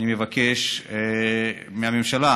אני מבקש מהממשלה,